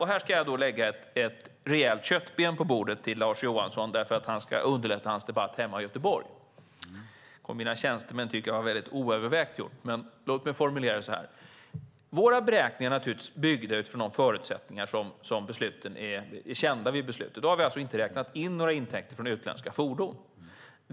Här ska jag lägga ett rejält köttben på bordet till Lars Johansson för att underlätta hans debatt hemma i Göteborg. Mina tjänstemän tycker att det är väldigt oövervägt gjort. Men låt mig formulera det så här: Våra beräkningar är naturligtvis byggda på de förutsättningar som är kända vid beslutet. Då har vi alltså inte räknat in några intäkter från utländska fordon.